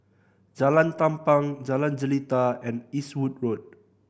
Jalan Tampang Jalan Jelita and Eastwood Road